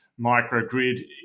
microgrid